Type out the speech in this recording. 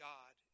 God